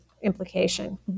implication